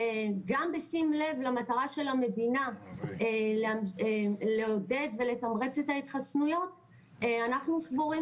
גם בשים לב למטרה של המדינה לעודד ולתמרץ את ההתחסנות אנחנו סבורים